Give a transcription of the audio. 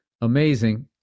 amazing